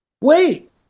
Wait